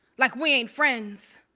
like we ain't friends,